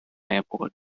airport